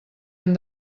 han